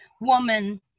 woman